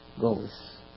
goes